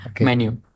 menu